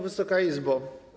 Wysoka Izbo!